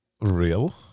real